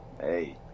Hey